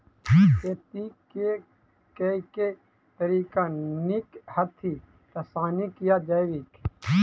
खेती केँ के तरीका नीक छथि, रासायनिक या जैविक?